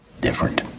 different